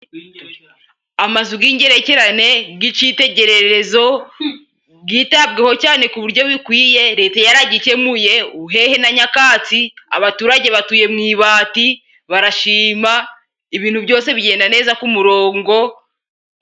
Amazu g'ingerekerane, g'icitegererezo, byitabweho cane ku buryo bikwiye leta yaragikemuye, ubuhehe na nyakatsi, abaturage batuye mu ibati barashima ibintu byose bigenda neza ku murongo.